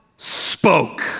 Spoke